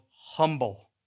humble